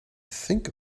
think